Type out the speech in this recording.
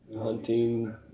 hunting